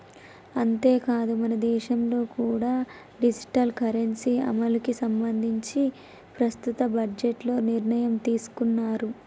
అంతేకాదు మనదేశంలో కూడా డిజిటల్ కరెన్సీ అమలుకి సంబంధించి ప్రస్తుత బడ్జెట్లో నిర్ణయం తీసుకున్నారు